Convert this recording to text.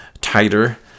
tighter